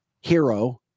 hero